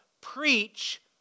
preach